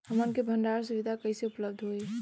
हमन के भंडारण सुविधा कइसे उपलब्ध होई?